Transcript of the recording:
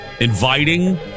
Inviting